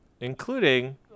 including